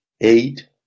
eight